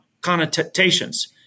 connotations